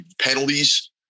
penalties